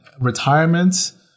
retirement